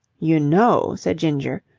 you know, said ginger,